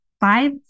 five